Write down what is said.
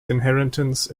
inheritance